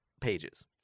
pages